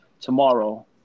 tomorrow